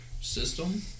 system